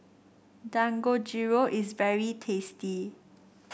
Dangojiru is very tasty